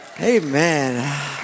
Amen